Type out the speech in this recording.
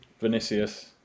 Vinicius